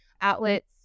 outlets